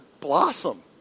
blossom